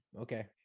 Okay